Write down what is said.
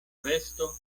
vesto